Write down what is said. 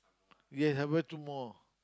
yes I bought two more